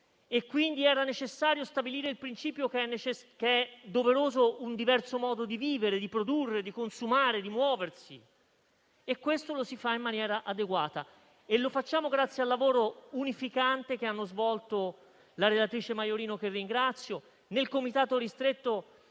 Quindi era necessario stabilire il principio che è doveroso un diverso modo di vivere, di produrre, di consumare, di muoversi. Questo lo si fa in maniera adeguata. Lo facciamo grazie al lavoro unificante svolto dalla relatrice Maiorino, che ringrazio, dai senatori